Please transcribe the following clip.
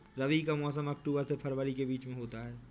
रबी का मौसम अक्टूबर से फरवरी के बीच में होता है